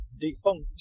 defunct